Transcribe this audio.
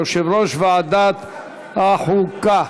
יושב-ראש ועדת החוקה.